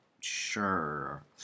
Sure